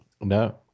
No